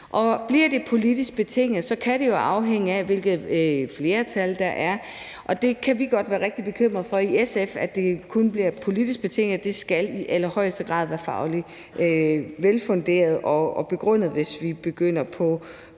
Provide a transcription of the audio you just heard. Bliver det politisk betinget, kan det jo afhænge af, hvilket flertal der er, og vi kan i SF godt være rigtig bekymret for, at det kun bliver politisk betinget, og det skal i allerhøjeste grad være fagligt velfunderet og begrundet, hvis vi begynder på